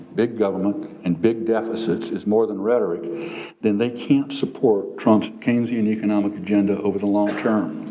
big government and big deficits is more than rhetoric then they can't support trump's keynesian economic agenda over the long term.